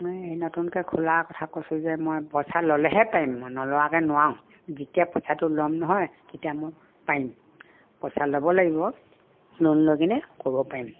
মই সেই নতুনকে খোলাৰ কথা কৈছোঁ যে মই পইচা ল'লেহে পাৰিম নোলোৱাকে নোৱাৰোঁ যেতিয়া পইচাটো ল'ম নহয় তেতিয়া মই পাৰিম পইচা ল'ব লাগিব লোন লৈ কিনে ক'ব পাৰিম